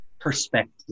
perspective